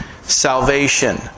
Salvation